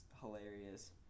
hilarious